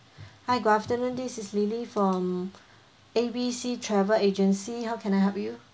hi good afternoon this is lily from A B C travel agency how can I help you